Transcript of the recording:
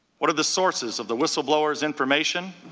what are the sources of the whistleblowers information?